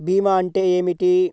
భీమా అంటే ఏమిటి?